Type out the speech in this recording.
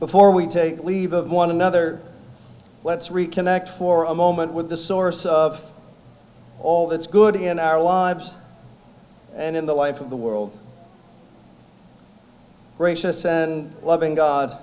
before we take leave of one another let's reconnect for a moment with the source of all that's good in our lives and in the life of the world gracious and loving god